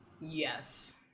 Yes